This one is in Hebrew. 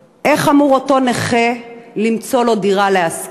איך אמור אותו נכה למצוא לו דירה לשכור?